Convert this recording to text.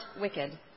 wicked